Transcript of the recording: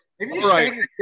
right